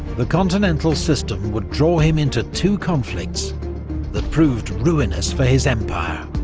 the continental system would draw him into two conflicts that proved ruinous for his empire,